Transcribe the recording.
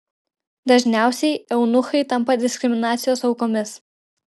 dažniausiai eunuchai tampa diskriminacijos aukomis